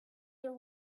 their